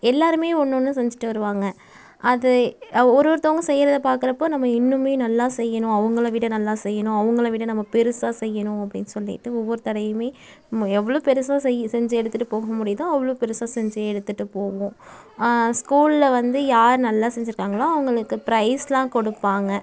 எல்லாருமே ஒன்று ஒன்று செஞ்சிட்டு வருவாங்க அது ஒருவொருத்தவங்க செய்யுறத பார்க்குறப்போ நம்ம இன்னுமே நல்லா செய்யணும் அவங்கள விட நல்லா செய்யணும் அவங்கள விட நம்ம பெருசாக செய்யணும் அப்படின்னு சொல்லிட்டு ஒவ்வொரு தடயுமே நம்ம எவ்வளோ பெருசாக செய் செஞ்சி எடுத்துட்டு போக முடியுதோ அவ்வளோ பெருசாக செஞ்சி எடுத்துட்டு போவோம் ஸ்கூல்ல வந்து யார் நல்லா செஞ்சிருக்காங்களோ அவங்களுக்கு ப்ரைஸ்லாம் கொடுப்பாங்க